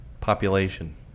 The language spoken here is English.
population